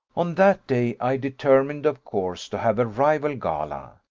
on that day i determined, of course, to have a rival gala.